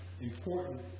important